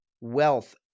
wealth